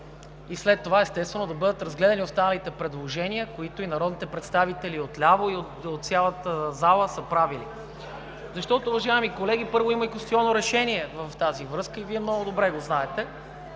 и след това, естествено, да бъдат разгледани останалите предложения, направени от народните представители отляво и от цялата зала. Уважаеми колеги, първо, има и конституционно решение в тази връзка и Вие много добре го знаете,